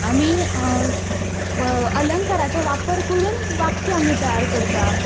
आमी अलंकाराचो वापर करून वाक्यां तयार करता